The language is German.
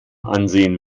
ansehen